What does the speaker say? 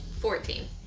Fourteen